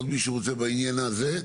עוד מישהו רוצה בעניין הזה?